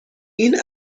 این